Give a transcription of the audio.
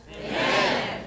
Amen